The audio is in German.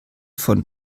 von